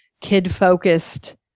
kid-focused